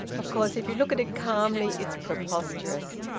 of course, if you look at it calmly, it's preposterous.